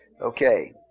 Okay